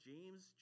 James